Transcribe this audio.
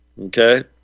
Okay